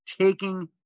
taking